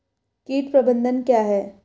कीट प्रबंधन क्या है?